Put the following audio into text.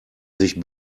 sich